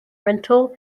rental